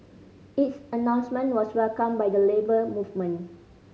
its announcement was welcomed by the Labour Movement